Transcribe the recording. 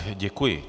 Děkuji.